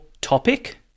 topic